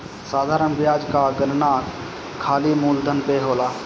साधारण बियाज कअ गणना खाली मूलधन पअ होला